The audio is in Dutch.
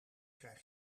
krijg